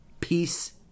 peace